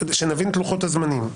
שנבין את לוחות הזמנים.